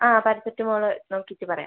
ആ പാരസിറ്റമോള് നോക്കിയിട്ട് പറയാം